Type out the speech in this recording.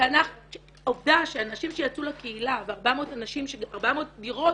עובדה שאנשים שיצאו לקהילה ו-400 דירות